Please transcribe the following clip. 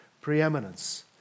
preeminence